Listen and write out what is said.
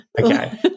Okay